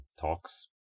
talks